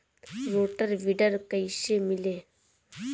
Rotor weeder कईसे मिले?